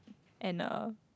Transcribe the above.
and a